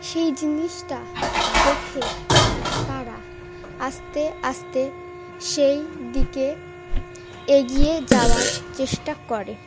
সেই জিনিসটা দেখে তারা আস্তে আস্তে সেই দিকে এগিয়ে যাওয়ার চেষ্টা করে